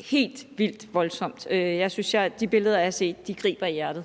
helt vildt voldsomt. Jeg synes, at de billeder, jeg har set, griber en om hjertet.